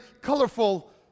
colorful